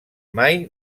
mai